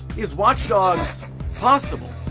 is watch dogs possible?